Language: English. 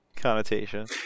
connotation